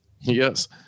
Yes